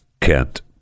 Kent